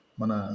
Mana